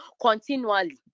continually